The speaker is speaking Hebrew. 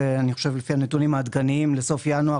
לפי הנתונים העדכניים לסוף ינואר,